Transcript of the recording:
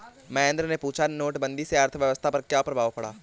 महेंद्र ने पूछा कि नोटबंदी से अर्थव्यवस्था पर क्या प्रभाव पड़ा